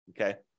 okay